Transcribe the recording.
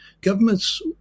governments